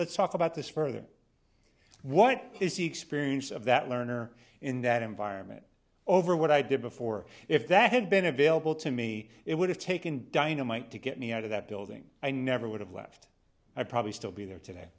let's talk about this further what is the experience of that learner in that environment over what i did before if that had been available to me it would have taken dynamite to get me out of that building i never would have left i probably still be there today